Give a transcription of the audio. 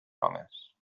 homes